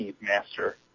Master